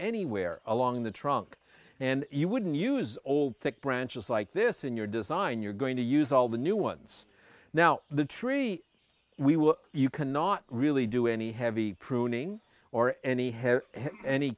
anywhere along the trunk and you wouldn't use old thick branches like this in your design you're going to use all the new ones now the tree we will you cannot really do any heavy pruning or any